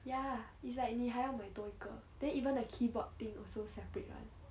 ya it's like 你还要买多一个 then even the keyboard thing also separate [one]